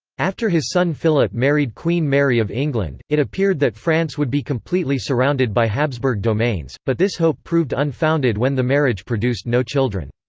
after his son philip married queen mary of england, it appeared that france would be completely surrounded by habsburg domains, but this hope proved unfounded when the marriage produced no children.